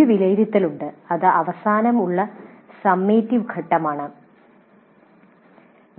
ഒരു "വിലയിരുത്തൽ" ഉണ്ട് അത് അവസാനം ഉള്ള സമ്മേറ്റിവ്ഘട്ടമാണ്